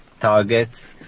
targets